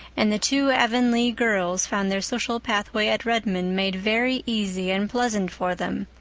and the two avonlea girls found their social pathway at redmond made very easy and pleasant for them,